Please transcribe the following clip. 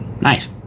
Nice